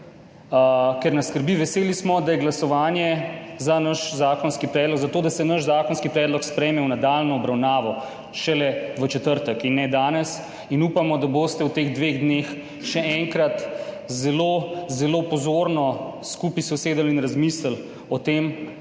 ker nas skrbi. Veseli smo, da je glasovanje za naš zakonski predlog, za to, da se naš zakonski predlog sprejme v nadaljnjo obravnavo, šele v četrtek in ne danes. Upamo, da se boste v teh dveh dneh še enkrat zelo, zelo pozorno skupaj usedli in razmislili o tem,